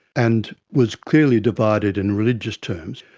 and was clearly divided in religious terms.